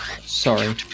Sorry